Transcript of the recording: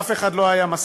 אף אחד לא היה מסכים.